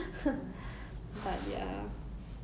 oh 有很多人讲 kylie jenner